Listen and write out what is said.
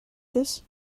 this